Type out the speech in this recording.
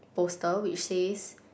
poster which says